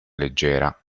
leggera